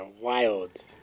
wild